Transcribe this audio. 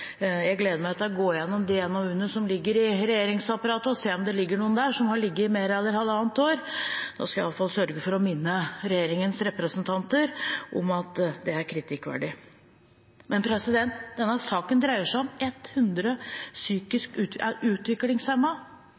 Jeg gleder meg til å gå igjennom de NOU-ene som ligger i regjeringsapparatet, og se om det er noen der som har ligget mer enn halvannet år. Da skal jeg i hvert fall sørge for å minne regjeringens representanter om at det er kritikkverdig. Denne saken dreier seg om